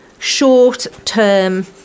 Short-term